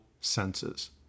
senses